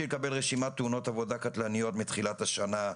לקבל רשימת תאונות עבודה קטלניות מתחילת השנה,